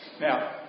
Now